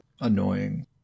annoying